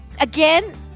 again